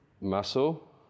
muscle